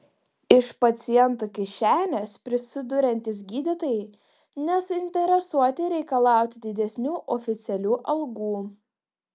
iš pacientų kišenės prisiduriantys gydytojai nesuinteresuoti reikalauti didesnių oficialių algų